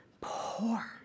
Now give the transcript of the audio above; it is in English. poor